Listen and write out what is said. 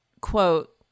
quote